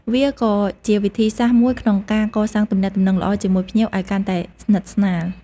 វាក៏ជាវិធីសាស្ត្រមួយក្នុងការកសាងទំនាក់ទំនងល្អជាមួយភ្ញៀវឱ្យកាន់តែស្និទ្ធស្នាល។